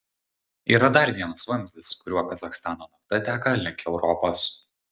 yra dar vienas vamzdis kuriuo kazachstano nafta teka link europos